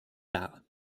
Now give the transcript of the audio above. dar